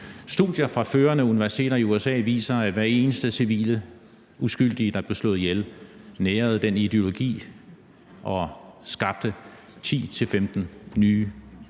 Studier fra førende universiteter i USA viser, at med hver eneste civile uskyldige, der blev slået ihjel, blev der givet næring til den